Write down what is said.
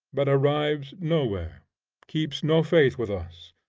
but arrives nowhere keeps no faith with us.